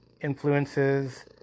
influences